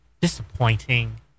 disappointing